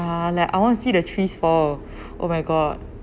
like I want to see the trees fall oh my god